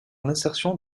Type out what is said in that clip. l’insertion